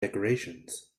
decorations